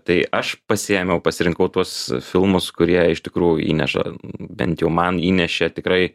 tai aš pasiėmiau pasirinkau tuos filmus kurie iš tikrųjų įneša bent jau man įnešė tikrai